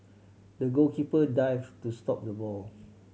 the goalkeeper dived to stop the ball